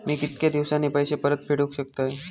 मी कीतक्या दिवसांनी पैसे परत फेडुक शकतय?